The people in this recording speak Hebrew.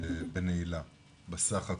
בנעילה בסך הכול.